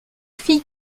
fille